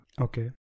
Okay